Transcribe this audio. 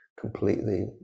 completely